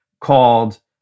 called